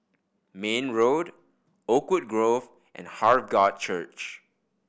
Mayne Road Oakwood Grove and Heart God Church